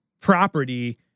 property